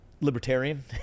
Libertarian